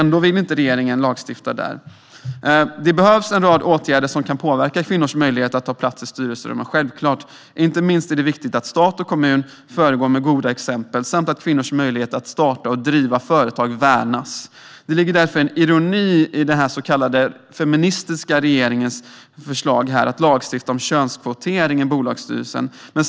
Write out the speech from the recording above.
Ändå vill regeringen inte lagstifta där. Självklart behövs det en rad åtgärder som kan påverka kvinnors möjlighet att ta plats i styrelser. Inte minst är det viktigt att stat och kommun föregår med goda exempel samt att kvinnors möjligheter att starta och driva företag värnas. Det ligger därför en ironi i den så kallade feministiska regeringens förslag att lagstifta om könskvotering i bolagsstyrelser.